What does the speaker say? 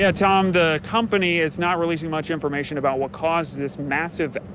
that time the company is not releasing much information about what caused this massive.